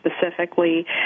specifically